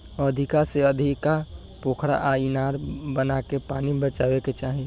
अधिका से अधिका पोखरा आ इनार बनाके पानी बचावे के चाही